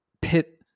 pit